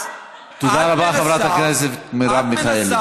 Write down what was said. את, את מנסה, תודה רבה, חברת הכנסת מרב מיכאלי.